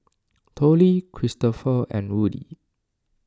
Tollie Christoper and Woody